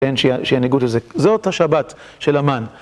אין שיהיה ניגוד לזה. זאת השבת של המן.